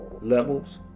levels